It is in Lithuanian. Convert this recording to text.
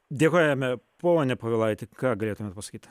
dėkojame pone povilaiti ką galėtumėt pasakyt